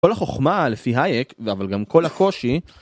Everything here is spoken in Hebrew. ‫כל החוכמה, לפי הייק, ‫אבל גם כל הקושי.